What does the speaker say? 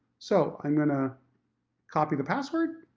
so, i'm going to copy the password.